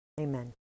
Amen